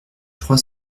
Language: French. trois